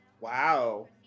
wow